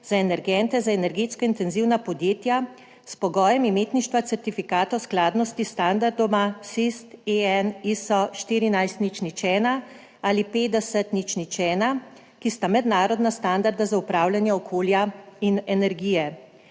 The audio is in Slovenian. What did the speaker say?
za energetsko intenzivna podjetja s pogojem imetništva certifikata skladnosti s standardom SIST EN ISO 14001 ali 50001, ki sta mednarodna standarda za upravljanje okolja in energije.